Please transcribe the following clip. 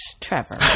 Trevor